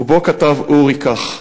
ובו כתב אורי כך,